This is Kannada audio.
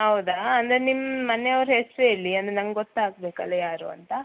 ಹೌದಾ ಅಂದರೆ ನಿಮ್ಮ ಮನೆವ್ರ ಹೆಸ್ರು ಹೇಳಿ ಅಂದ್ರೆ ನಮ್ಗೆ ಗೊತ್ತಾಗಬೇಕಲ್ಲ ಯಾರು ಅಂತ